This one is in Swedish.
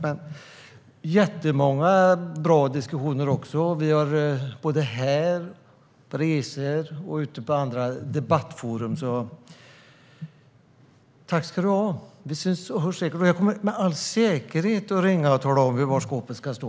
Vi har haft många bra diskussioner här i riksdagen, på resor och ute i andra debattforum. Tack ska du ha! Jag kommer med all säkerhet att ringa och tala om var skåpet ska stå.